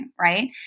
Right